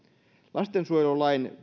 lastensuojelulain